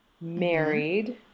married